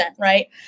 right